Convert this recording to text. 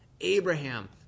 Abraham